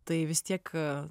tai vis tiek a